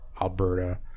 Alberta